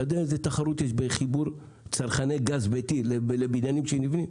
אתה יודע איזה תחרות יש בחיבור צרכני גז ביתי לבניינים שנשנים?